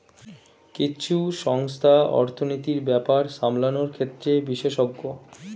কিছু সংস্থা অর্থনীতির ব্যাপার সামলানোর ক্ষেত্রে বিশেষজ্ঞ